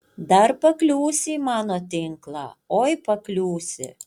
dar pakliūsi į mano tinklą oi pakliūsi